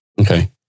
okay